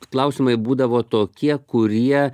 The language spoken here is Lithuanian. klausimai būdavo tokie kurie